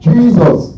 Jesus